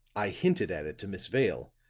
i hinted at it to miss vale